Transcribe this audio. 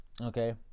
Okay